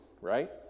right